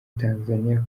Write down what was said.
tanzaniya